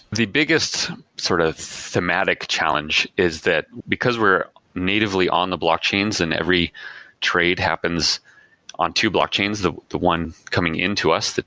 the biggest sort of thematic challenge is that, because we're natively on the blockchains and every trade happens on two blockchains, the the one coming into us,